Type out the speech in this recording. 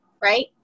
right